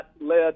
led